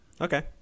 Okay